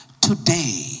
Today